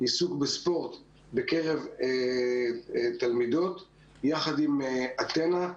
עיסוק בספורט בקרב תלמידות יחד עם "אתנה".